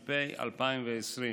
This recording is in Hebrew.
התש"ף 2020,